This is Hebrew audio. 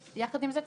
יחד עם זה,